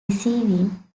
receiving